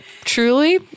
truly